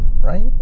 right